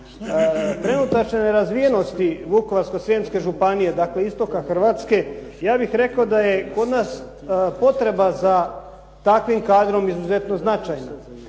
trenutačne nerazvijenosti Vukovarsko-srijemske županije, dakle istoka Hrvatske, ja bih rekao da je kod nas potreba za takvim kadrom izuzetno značajna.